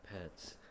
pets